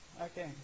Okay